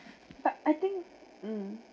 but I think mm